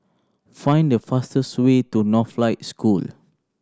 find the fastest way to Northlight School